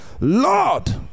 Lord